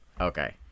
okay